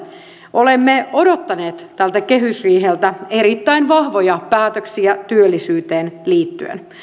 olemme odottaneet tältä kehysriiheltä erittäin vahvoja päätöksiä työllisyyteen liittyen